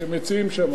שמציעים שם.